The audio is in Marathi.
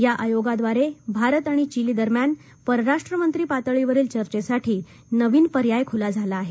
या आयोगाझारे भारत आणि चिली दरम्यान परराष्ट्र मंत्री पातळीवरील चर्चेसाठी नवीन पर्याय खुला झाला आहे